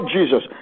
Jesus